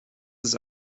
ist